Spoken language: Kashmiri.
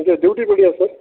أسۍ حظ ڈیوٗٹی پیٹھٕے حظ سر